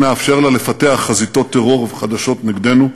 לא נאפשר לה לפתח חזיתות טרור חדשות נגדנו,